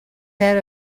that